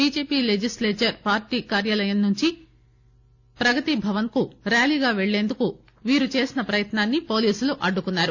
BJP legislature party కార్యాలయం నుంచి ప్రగతిభవన్కు ర్యారీగా పెల్లేందుకు వీరు చేసిన ప్రయత్నాన్ని పోలీసులు అడ్డుకున్నారు